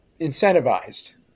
incentivized